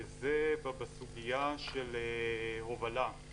וזה בסוגיה של הובלה.